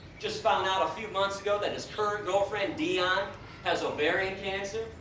just found out a few months ago that his current girlfriend dione has ovarian cancer.